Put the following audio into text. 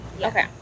Okay